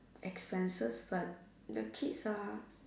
expenses but the kids are